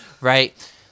right